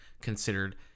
considered